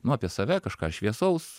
nu apie save kažką šviesaus